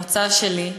המוצא שלי,